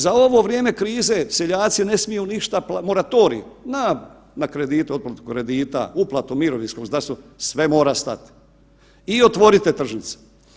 Za ovo vrijeme krize seljaci ne smiju ništa, moratorij na kredite, otplatu kredita, uplatu mirovinskog, zdravstvenog, sve mora stat i otvorite tržnice.